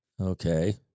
Okay